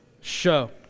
Show